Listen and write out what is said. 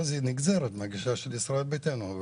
אחר כך היא נגזרת מהגישה של ישראל ביתנו.